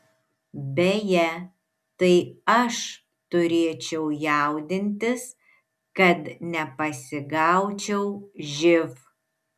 beje tai aš turėčiau jaudintis kad nepasigaučiau živ